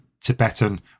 Tibetan